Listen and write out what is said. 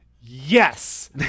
Yes